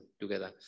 together